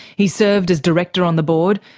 he served as director on the board,